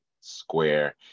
Square